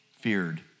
feared